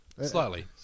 Slightly